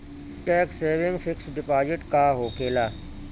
Tax saving fix deposit का होखे ला?